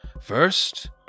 First